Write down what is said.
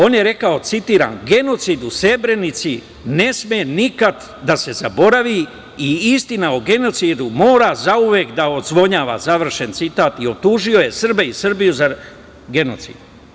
On je rekao, citiram: "Genocid u Srebrenici ne sme nikad da se zaboravi i istina o genocidu mora zauvek da odzvanja", završen citat i optužio je Srbe i Srbiju za genocid.